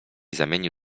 zamienił